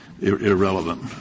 irrelevant